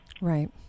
Right